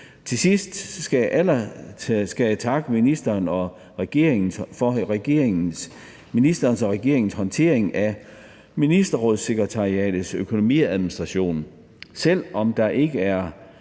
allersidst skal jeg takke for ministerens og regeringens håndtering af Nordisk Ministerråds sekretariats økonomiadministration. Selv om der ikke er